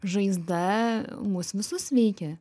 žaizda mus visus veikia